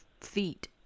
feet